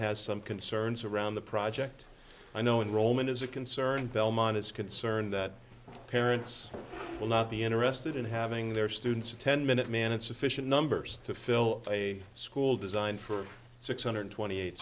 has some concerns around the project i know enrollment is a concern belmont is concerned that parents will not be interested in having their students attend minuteman and sufficient numbers to fill a school designed for six hundred twenty eight